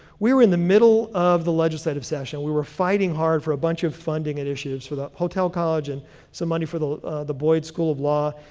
we were in the middle of the legislative session. we were fighting hard for a bunch of funding initiatives for the hotel college and some money for the the boyd school of law,